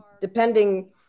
depending